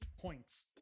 points